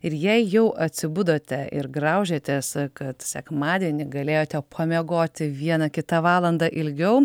ir jei jau atsibudote ir graužiatės kad sekmadienį galėjote pamiegoti vieną kitą valandą ilgiau